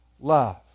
love